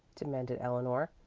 demanded eleanor.